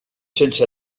sense